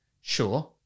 Sure